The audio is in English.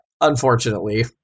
unfortunately